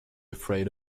afraid